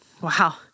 Wow